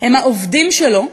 הם העובדים שלו,